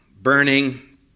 Burning